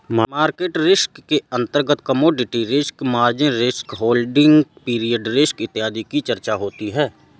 market risk के अंतर्गत commodity risk, margin risk, holding period risk इत्यादि की चर्चा होती है